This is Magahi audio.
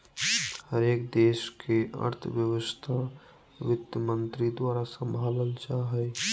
हरेक देश के अर्थव्यवस्था वित्तमन्त्री द्वारा सम्भालल जा हय